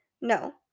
No